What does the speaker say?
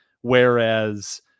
Whereas